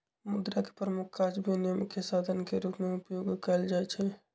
मुद्रा के प्रमुख काज विनिमय के साधन के रूप में उपयोग कयल जाइ छै